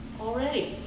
already